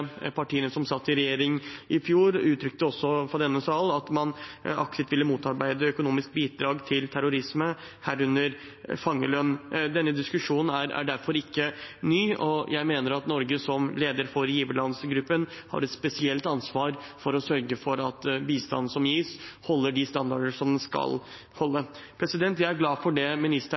partiene som satt i regjering i fjor, uttrykte også i denne sal at man aktivt ville motarbeide økonomisk bidrag til terrorisme, herunder fangelønn. Denne diskusjonen er derfor ikke ny, og jeg mener at Norge som leder for giverlandsgruppen har et spesielt ansvar for å sørge for at bistanden som gis, holder de standarder som den skal holde. Jeg er glad for det